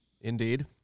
Indeed